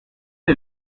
est